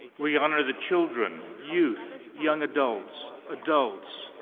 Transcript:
we honour the children, youth, young adults, adults,